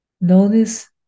Notice